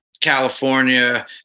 California